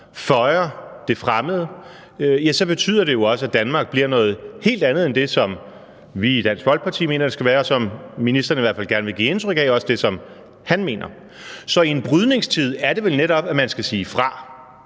føjer det fremmede, ja, så betyder det jo også, at Danmark bliver noget helt andet end det, som vi i Dansk Folkeparti mener det skal være, og som ministeren i hvert fald gerne vil give indtryk af også er det, som han mener. Så i en brydningstid er det vel netop, at man skal sige fra.